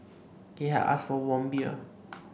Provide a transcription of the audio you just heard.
he had asked for warm beer